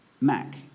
mac